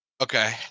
Okay